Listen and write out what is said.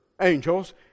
angels